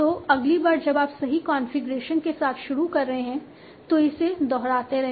तो अगली बार जब आप सही कॉन्फ़िगरेशन के साथ शुरू कर रहे हैं तो इसे दोहराते रहें